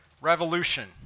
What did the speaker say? revolution